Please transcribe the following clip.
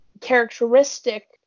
characteristic